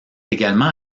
également